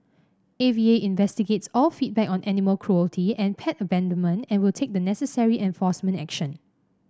A V A investigates all feedback on animal cruelty and pet abandonment and will take the necessary enforcement action